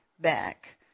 back